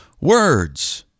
words